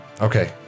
Okay